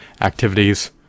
activities